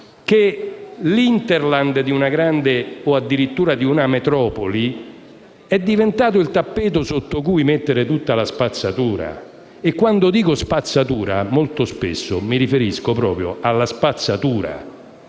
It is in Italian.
che l'*hinterland* di una grande città o addirittura di una metropoli è diventato il tappeto sotto cui mettere tutta la spazzatura. E quando parlo di spazzatura, molto spesso mi riferisco proprio alla spazzatura,